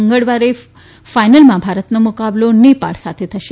મંગળવારે ફાઇનલમાં ભારતનો મુકાબલો નેપાળ સાથે થશે